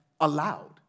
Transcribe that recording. allowed